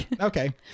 Okay